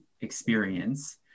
experience